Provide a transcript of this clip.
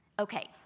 okay